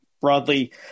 broadly